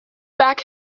back